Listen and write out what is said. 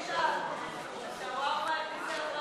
ההסתייגויות לסעיף 78, פיתוח תיירות,